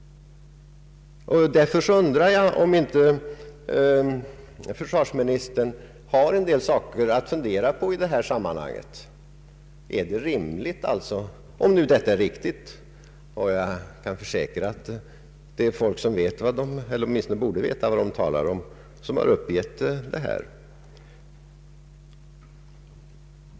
Därför undrar jag om inte försvarsministern har en del saker att fundera på i det här sammanhanget. Är detta rimligt? Jag kan försäkra att jag har fått mina uppgifter från personer som vet eller åtminstone borde veta vad de talar om.